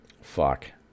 fuck